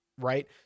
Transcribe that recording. right